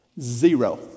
Zero